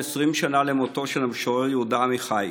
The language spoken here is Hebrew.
20 שנה למותו של המשורר יהודה עמיחי.